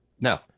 no